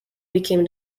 became